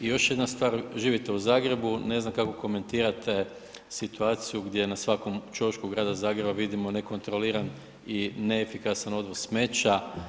I još jedna stvar živite u Zagrebu, ne znam kako komentirate situaciju gdje na svakom ćošku Grada Zagreba vidimo nekontroliran i neefikasan odvoz smeća.